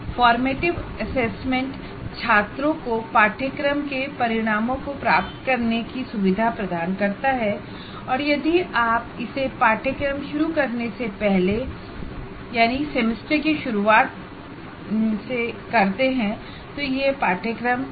formative assessment छात्रों को course outcome प्राप्त करने की सुविधा प्रदान करता हैऔर यदि आप कोर्स शुरू करने से पहले यानि सेमेस्टर की शुरुआत में करते हैं तो यह कोर्स डिज़ाइन है